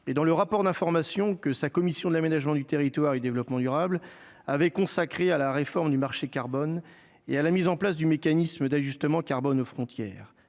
et dans le rapport d'information que sa commission de l'aménagement du territoire et développement durable avait consacré à la réforme du marché carbone et à la mise en place du mécanisme d'ajustement carbone aux frontières